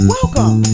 Welcome